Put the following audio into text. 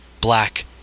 Black